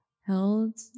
held